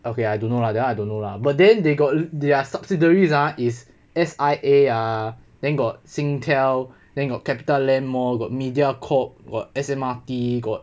okay I don't know lah that [one] I don't know lah but then they got their subsidiaries ah is S_I_A ah then got SingTel then got CapitaLand mall got Mediacorp got S_M_R_T got